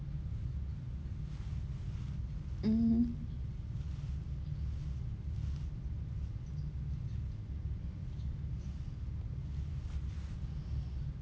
mmhmm